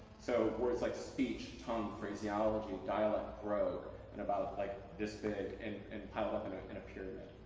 so words like, speech, tongue, phraseology, dialect, brogue, and about like this big and and piled up in in a pyramid.